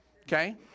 Okay